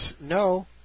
No